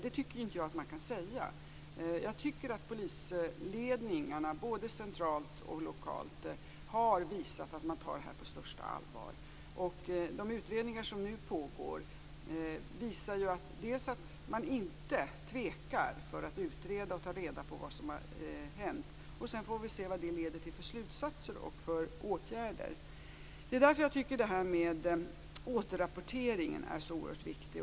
Det tycker inte jag att man kan säga. Jag tycker att polisledningarna både centralt och lokalt har visat att man tar det här på största allvar. De utredningar som nu pågår visar att man inte tvekar att utreda och ta reda på vad som har hänt. Sedan får vi se vad det leder till för slutsatser och åtgärder. Det är därför jag tycker att det här med återrapporteringen är så oerhört viktigt.